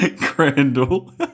Crandall